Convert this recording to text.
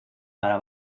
para